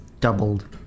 doubled